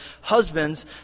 Husbands